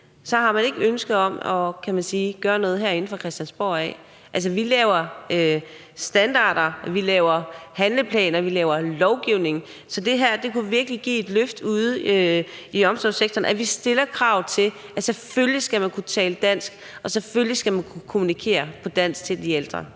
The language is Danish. at der ikke er et ønske om at gøre noget herinde fra Christiansborg af. Altså, vi laver standarder, vi laver handleplaner, og vi laver lovgivning, så det kunne virkelig give et løft ude i omsorgssektoren, at vi stiller krav til, at man selvfølgelig skal kunne tale dansk, og at man selvfølgelig skal kunne kommunikere på dansk til de ældre.